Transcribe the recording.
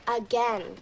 again